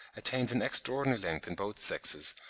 attains an extraordinary length in both sexes,